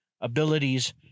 abilities